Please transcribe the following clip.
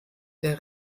der